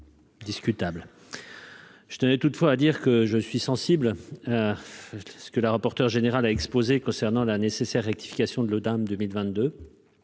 je tenais toutefois à dire que je suis sensible à ce que la rapporteur général a exposé concernant la nécessaire rectifications de le dames 2022